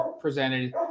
presented